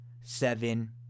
seven